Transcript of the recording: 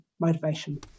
motivation